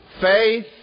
Faith